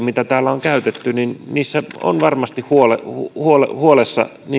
mitä täällä on käytetty varmasti on huolessa